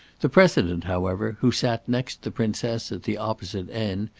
the president, however, who sat next the princess at the opposite end,